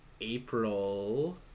April